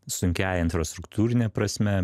sunkiąja infrastruktūrine prasme